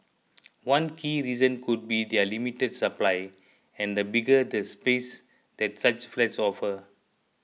one key reason could be their limited supply and the bigger the space that such flats offer